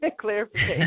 Clarification